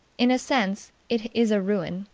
in a sense, it is a ruin,